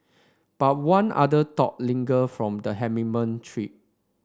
but one other thought lingered from the trip